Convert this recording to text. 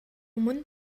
өмнө